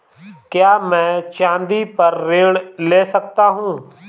क्या मैं चाँदी पर ऋण ले सकता हूँ?